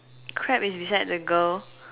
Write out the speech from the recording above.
crab is beside the girl